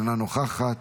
אינה נוכחת,